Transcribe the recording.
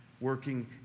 working